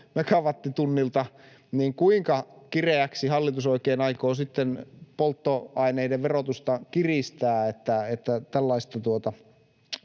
megawattitunnilta, niin kuinka kireäksi hallitus oikein aikoo sitten polttoaineiden verotusta kiristää, että tällaista